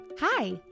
hi